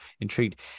intrigued